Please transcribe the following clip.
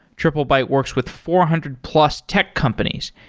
triplebyte works with four hundred plus tech companies,